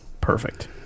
Perfect